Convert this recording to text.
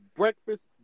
breakfast